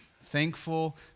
thankful